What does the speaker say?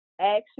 Action